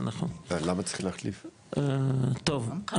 טוב,